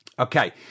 Okay